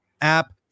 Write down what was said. app